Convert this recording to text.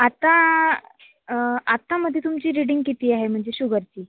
आता आता मधे तुमची रीडिंग किती आहे म्हणजे शुगरची